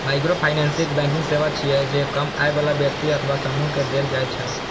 microfinance banking सेवा छियै, जे कम आय बला व्यक्ति अथवा समूह कें देल जाइ छै